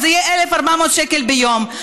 אז יהיה 1,400 שקל ביום.